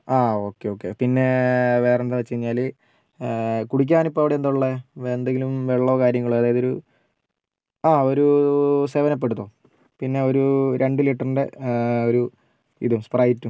ആ okay okay പിന്നെ വേറെ എന്താണ് വെച്ചു കഴിഞ്ഞാൽ കൂടിക്കാൻ ഇപ്പോൾ അവിടെ എന്താണ് ഉള്ളത് എന്തെങ്കിലും വെള്ളമോ കാര്യങ്ങളോ അതായതൊരു ആ ഒരു സെവൻ അപ്പ് എടുത്തോ പിന്നെ ഒരു രണ്ട് ലിറ്ററിന്റെ ഒരു ഇതും സ്പ്രൈറ്റും